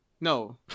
No